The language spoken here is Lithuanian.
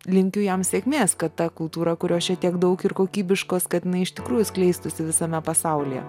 linkiu jam sėkmės kad ta kultūra kurios čia tiek daug ir kokybiškos kad inai iš tikrųjų skleistųsi visame pasaulyje